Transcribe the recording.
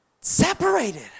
separated